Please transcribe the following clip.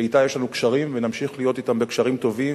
שאתה יש לנו קשרים ונמשיך להיות אתם בקשרים טובים,